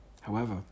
However